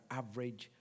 average